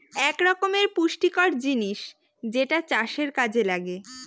এক রকমের পুষ্টিকর জিনিস যেটা চাষের কাযে লাগে